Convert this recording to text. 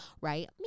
right